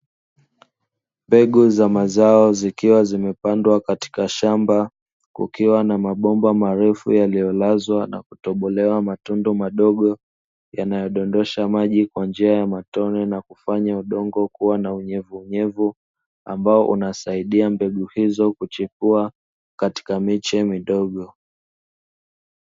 Mbegu za mazao zikiwa zimepandwa katika shamba, kukiwa na mabomba marefu yaliyolazwa na kutobolewa matundu madogo, yanayodondosha maji kwa njia ya matone, na kufanya udongo kuwa na unyevunyevu, ambao unasaidia mbegu hizo kuchipua katika miche midogo.